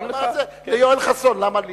הוא אמר את זה ליואל חסון, למה לי?